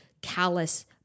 callous